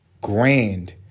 grand